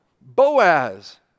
Boaz